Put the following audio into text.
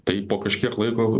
tai po kažkiek laiko